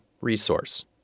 resource